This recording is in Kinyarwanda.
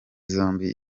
zombi